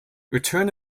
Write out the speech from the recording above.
return